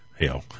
Hell